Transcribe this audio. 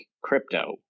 crypto